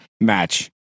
match